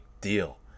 deal